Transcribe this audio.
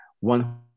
one